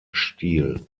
stil